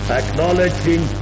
acknowledging